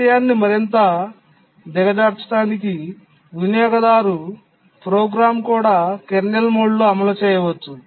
విషయాన్ని మరింత దిగజార్చడానికి వినియోగదారు ప్రోగ్రామ్ కూడా కెర్నల్ మోడ్లో అమలు చేయవచ్చు